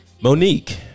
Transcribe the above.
Monique